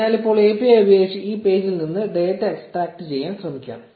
അതിനാൽ ഇപ്പോൾ API ഉപയോഗിച്ച് ഈ പേജിൽ നിന്ന് ഡാറ്റ എക്സ്ട്രാക്റ്റുചെയ്യാൻ ശ്രമിക്കാം